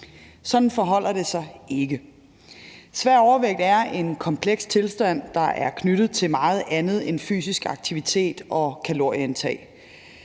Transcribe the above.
Sådan forholder det sig ikke. Svær overvægt er en kompleks tilstand, der er knyttet til meget andet end fysisk aktivitet og kalorieindtag.